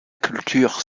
culture